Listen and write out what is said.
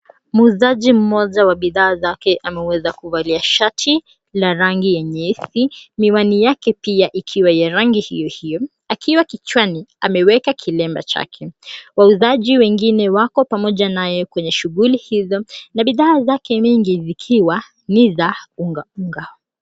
Muuzaji mmoja wa bidhaa zake ameweza kuvalia shati ya rangi ya nyeusi. Miwani yake pia ikiwa ya rangi hio hio akiwa kichwani ameweka kilemba chake. Wauzaji wengine wako pamoja naye kwenye shughuli hio na bidhaa zake nyingi zikiwa ni za ungaunga.